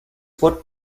what